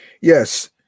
Yes